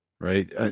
right